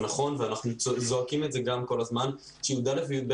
זה נכון ואנחנו זועקים את זה כל הזמן שי"א ו-י"ב